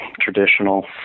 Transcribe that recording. traditional